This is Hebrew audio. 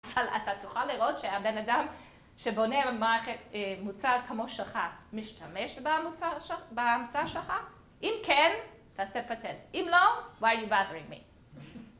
אבל אתה תוכל לראות שהבן אדם שבונה מוצר כמו שלך, משתמש בהמצאה שלך? אם כן, תעשה פטנט. אם לא, why are you bothering me?